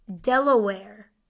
Delaware